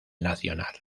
nacional